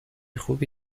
خوبی